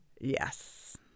Yes